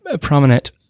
prominent